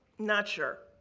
not sure.